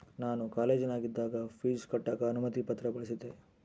ನಾನು ಕಾಲೇಜಿನಗಿದ್ದಾಗ ಪೀಜ್ ಕಟ್ಟಕ ಅನುಮತಿ ಪತ್ರ ಬಳಿಸಿದ್ದೆ